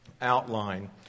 outline